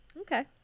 Okay